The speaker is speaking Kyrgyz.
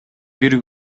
бир